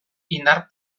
indar